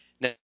Now